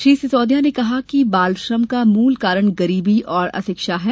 श्री सिसोदिया ने कहा कि बाल श्रम का मूल कारण गरीबी और अशिक्षा है